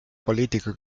poliitika